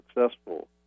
successful